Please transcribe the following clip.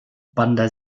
bandar